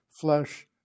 flesh